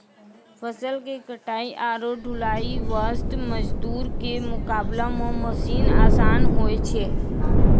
फसल के कटाई आरो ढुलाई वास्त मजदूर के मुकाबला मॅ मशीन आसान होय छै